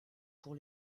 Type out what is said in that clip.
pour